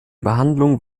behandlung